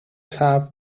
have